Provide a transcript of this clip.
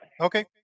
Okay